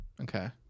Okay